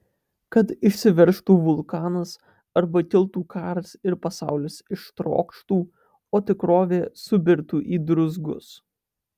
kad išsiveržtų vulkanas arba kiltų karas ir pasaulis ištrokštų o tikrovė subirtų į druzgus